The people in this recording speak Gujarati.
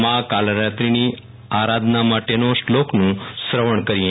મા કાલરાત્રી ની આરાધના માટેના શ્લોકનું શ્રવણ કરીએ